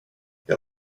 jag